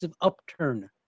upturn